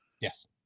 Yes